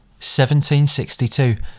1762